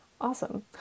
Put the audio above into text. Awesome